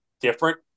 different